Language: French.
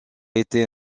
été